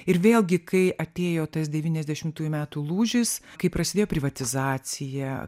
ir vėlgi kai atėjo tas devyniasdešimtųjų metų lūžis kai prasidėjo privatizacija